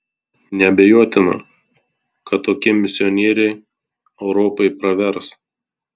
neabejotina kad tokie misionieriai europai pravers